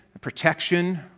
Protection